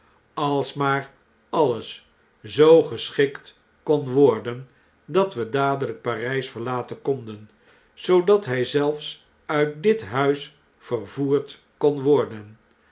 als maar alles zoo geschikt kon worden dat we dadeljjk p a r jj s verlaten konden zoodat hfl zelfs uit dit huis vervoerd kon worden